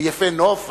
ביפה-נוף,